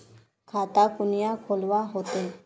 खाता कुनियाँ खोलवा होते?